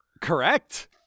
Correct